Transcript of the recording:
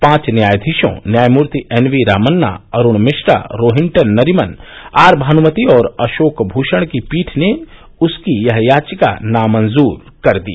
पांच न्यायाधीशों न्यायमूर्ति N V Ramana Arun Mishra Rohinton Nariman R Bhanumathi और अशोक भूषण की पीठ ने उसकी यह याचिका नामंजूर कर दी